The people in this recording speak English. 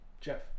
jeff